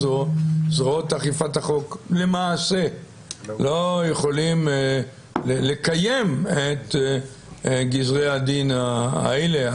זרועות אכיפת החוק למעשה לא יכולים לקיים את גזרי הדין האלה,